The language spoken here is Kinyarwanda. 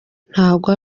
ntago